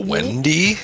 Wendy